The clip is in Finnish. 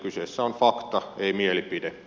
kyseessä on fakta ei mielipide